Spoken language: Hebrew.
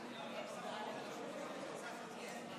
הכנסת בן ברק, בבקשה.